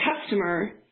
customer